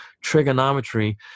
trigonometry